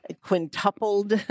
quintupled